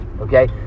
okay